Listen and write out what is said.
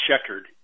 checkered